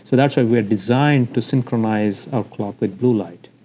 so that's why we are designed to synchronize our clock with blue light